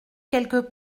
quelques